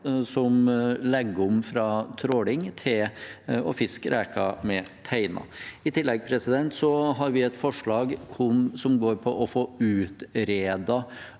som legger om fra tråling til å fiske reker med teiner. I tillegg har vi et forslag som går på å få utredet